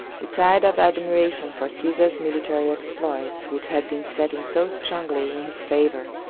the tide of admiration for caesar's military exploits which had been setting so strongly in his favor,